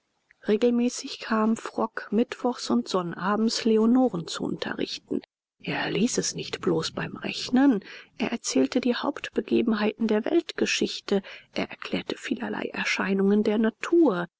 regelmäßig kam frock mittwochs und sonnabends leonoren zu unterrichten er ließ es nicht bloß beim rechnen er erzählte die hauptbegebenheiten der weltgeschichte er erklärte vielerlei erscheinungen der natur